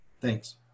thanks